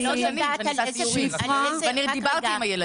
אני גם דיברתי עם הילדים.